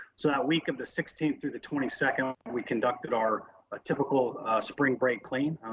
so that week of the sixteenth through the twenty second, we conducted our ah typical spring break clean.